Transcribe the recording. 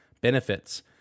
benefits